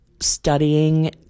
studying